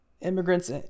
Immigrants